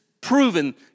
proven